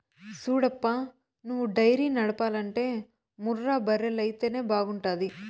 సూడప్పా నువ్వు డైరీ నడపాలంటే ముర్రా బర్రెలైతేనే బాగుంటాది